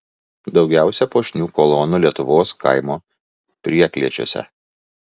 daugiausia puošnių kolonų lietuvos kaimo prieklėčiuose